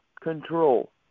control